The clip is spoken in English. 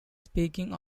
speaking